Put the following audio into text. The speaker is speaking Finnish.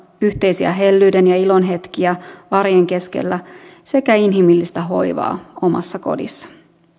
yhteisiä hellyyden ja ilon hetkiä arjen keskellä sekä inhimillistä hoivaa omassa kodissa